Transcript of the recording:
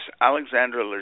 Alexandra